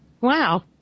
Wow